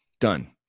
Done